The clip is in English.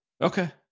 Okay